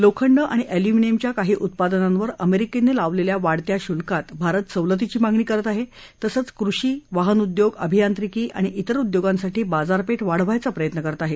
लोखंड आणि अल्युमिनियम च्या काही उत्पादनांवर अमेरिकेनं लावलेल्या वाढत्या शुल्कात भारत सवलतीची मागणी करत आहे तसंच कृषी वाहनउद्योग अभियांत्रिकी आणि इतर उद्योगांसाठी बाजारपेठ वाढवायचा प्रयत्न करत आहे